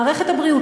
מערכת הבריאות,